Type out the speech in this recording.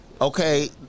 Okay